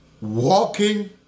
Walking